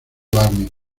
barney